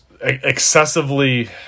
excessively